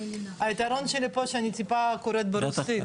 היתרון שלי פה זה שאני יודעת לקרוא ברוסית,